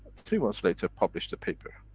three months later, published a paper.